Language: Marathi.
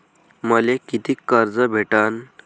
मले कितीक कर्ज भेटन?